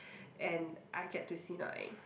and I get to see my